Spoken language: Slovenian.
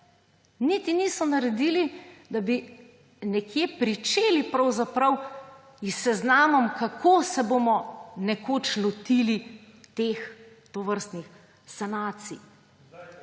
niti niso naredili, da bi nekje pričeli pravzaprav s seznamom, kako se bomo nekoč lotili teh tovrstnih sanacij.